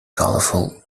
colorful